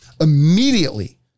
Immediately